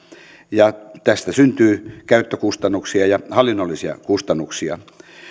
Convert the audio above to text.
tästä syntyy käyttökustannuksia ja hallinnollisia kustannuksia